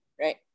Right